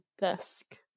desk